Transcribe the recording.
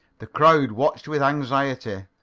the crowd watched with anxiety,